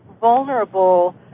vulnerable